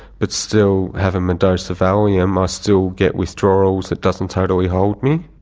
but still having a dose of valium i still get withdrawals, it doesn't totally hold me.